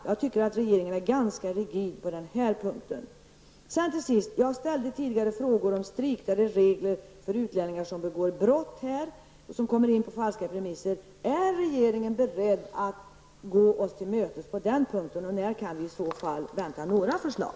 Jag tycker att regeringen är ganska rigid på den punkten. Till sist: Jag ställde tidigare frågor om striktare regler för utlänningar som begår brott och som kommer hit på falska premisser. Är regeringen beredd att gå oss till mötes på den punkten, och när kan vi vänta några förslag?